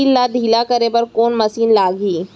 माटी ला ढिल्ला करे बर कोन मशीन लागही?